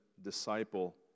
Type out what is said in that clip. Disciple